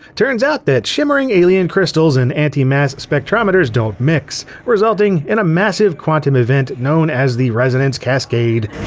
turns out that shimmering alien crystals and anti-mass spectrometers don't mix, resulting in a massive quantum event known as the resonance cascade.